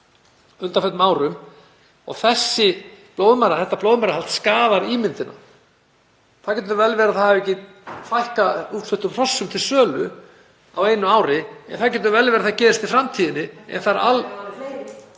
undanförnum árum og blóðmerahaldið skaðar ímyndina. Það getur vel verið að þetta hafi ekki fækkað útfluttum hrossum til sölu á einu ári en það getur vel verið að það gerist í framtíðinni.